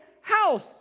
house